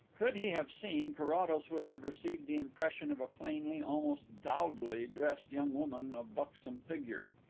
could he have seen, carrados would have received the impression of a plainly, almost dowdily, dressed young woman of buxom figure.